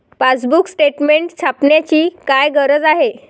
Passbook statement छापण्याची काय गरज आहे?